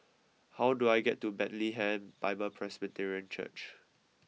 how do I get to Bethlehem Bible Presbyterian Church